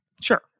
Sure